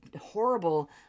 horrible